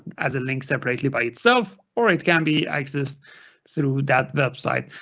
as a link separately by itself or it can be accessed through that website.